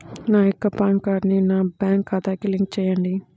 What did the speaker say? నా యొక్క పాన్ కార్డ్ని నా బ్యాంక్ ఖాతాకి లింక్ చెయ్యండి?